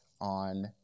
on